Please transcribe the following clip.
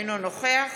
אינו נוכח